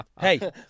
hey